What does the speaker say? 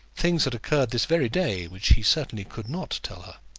things had occurred this very day which he certainly could not tell her.